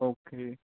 okay